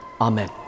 Amen